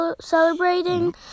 celebrating